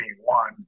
one